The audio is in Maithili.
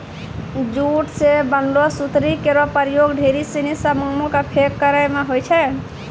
जूट सें बनलो सुतरी केरो प्रयोग ढेरी सिनी सामानो क पैक करय म होय छै